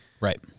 right